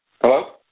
Hello